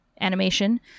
animation